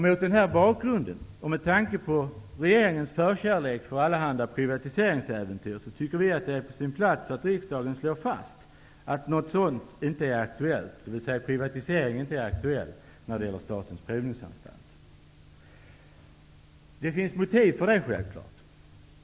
Mot denna bakgrund och med tanke på regeringens förkärlek för allehanda privatiseringsäventyr tycker vi att det är på sin plats att riksdagen slår fast att en privatisering inte är aktuell när det gäller Det finns självfallet motiv för detta.